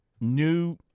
new